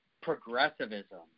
progressivism